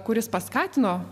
kuris paskatino